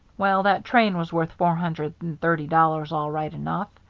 well, that train was worth four hundred and thirty dollars all right enough,